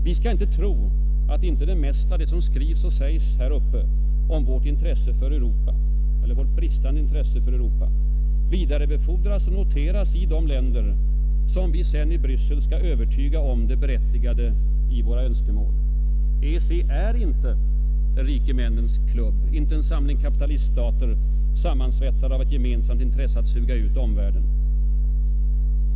Vi skall inte tro, att inte det mesta av vad som skrivs och sägs här uppe om vårt bristande intresse för Europa vidarebefordras och noteras i de länder som vi sedan i Bryssel skall övertyga om det berättigade i våra önskemål. EEC är inte någon de rike männens klubb, inte en samling kapitaliststater, sammansvetsade av ett gemensamt intresse att suga ut omvärlden.